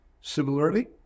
Similarly